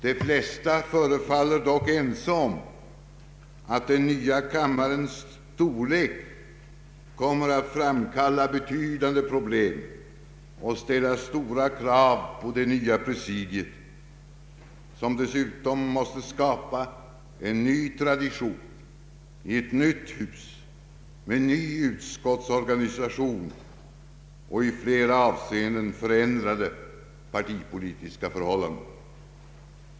De flesta förefaller dock ense om att den nya enkammarens storlek kommer att framkalla betydande problem och ställa stora krav på det nya presidiet, som dessutom måste skapa en ny tradition i ett nytt hus med ny utskottsorganisation och i flera avseenden förändrade partipolitiska förhållanden.